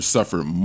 Suffered